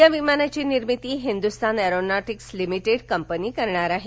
या विमानाची निर्मिती हिन्दुतस्ता न अॅरोनॉटिक्सच लिमिटेड कपनी करणार आहे